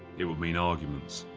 it would mean arguments,